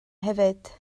hefyd